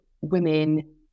women